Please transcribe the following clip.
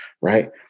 right